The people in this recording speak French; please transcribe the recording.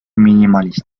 minimaliste